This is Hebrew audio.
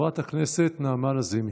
חברת הכנסת נעמה לזימי.